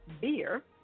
beer